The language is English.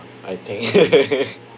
I think